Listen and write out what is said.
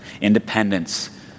independence